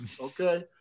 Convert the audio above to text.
okay